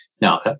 Now